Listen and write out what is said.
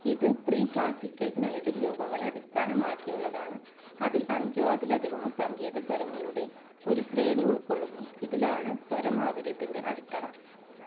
ഇത് pre classical melodic രൂപങ്ങളെ അടിസ്ഥാനമാക്കിയുള്ളതാണ് അതിൽ അഞ്ചോ അതിലധികമോ സംഗീത സ്വരങ്ങളുടെ ഒരു ശ്രേണി ഉൾക്കൊള്ളുന്നു ഇതിലാണ് സ്വരമാധുര്യത്തിൻ്റെ അടിത്തറ